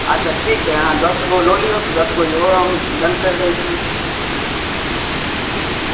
ओहो घूमे बला बहुत बढ़िऑं जगह छै हँ